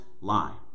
lie